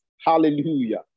Hallelujah